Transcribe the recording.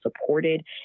supported